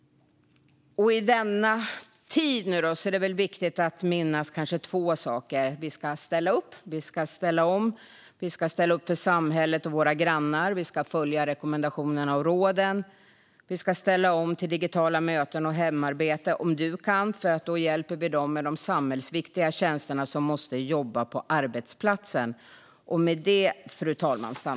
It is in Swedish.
I denna tid är det viktigt att minnas två saker: Vi ska ställa upp, och vi ska ställa om. Vi ska ställa upp för samhället och våra grannar, och vi ska följa rekommendationerna och råden. Vi ska ställa om till digitala möten och hemarbete om vi kan, för då hjälper vi dem med samhällsviktiga tjänster som måste jobba på arbetsplatsen.